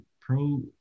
Pro